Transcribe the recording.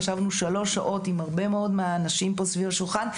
ישבנו שלוש שעות עם הרבה מאוד מהאנשים פה סביב השולחן,